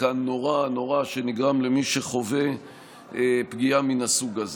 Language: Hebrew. הנורא נורא שנגרם למי שחווה פגיעה מהסוג הזה.